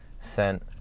sent